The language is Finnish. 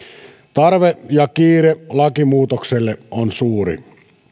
tarve ja kiire lakimuutokselle on suuri